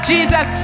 Jesus